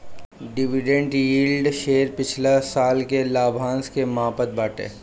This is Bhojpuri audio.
डिविडेंट यील्ड शेयर पिछला साल के लाभांश के मापत बाटे